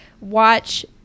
watch